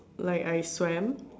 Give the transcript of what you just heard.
like I swam